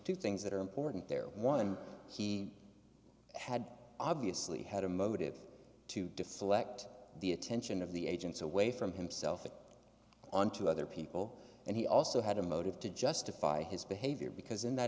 two things that are important there one he had obviously had a motive to deflect the attention of the agents away from himself onto other people and he also had a motive to justify his behavior because in that